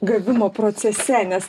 gavimo procese nes